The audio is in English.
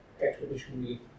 expeditionary